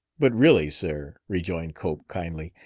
but really, sir, rejoined cope kindly,